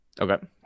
Okay